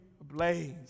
ablaze